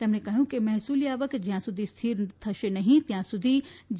તેમણે કહ્યું કે મહેસૂલી આવક જયાં સુધી સ્થિર થશે નહી ત્યાં સુધી જી